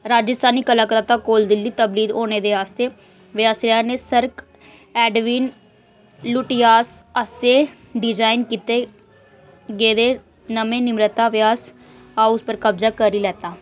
राजेस्तानी कलकत्ता कोल दिल्ली तब्दीली होने दे आस्तै वायसराय ने सर एडविन लुटियंस आसेआ डिजाइन कीते गेदे नमें निर्मता वायसराय हाउस पर कब्जा करी लैता